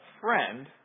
friend